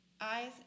eyes